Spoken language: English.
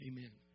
Amen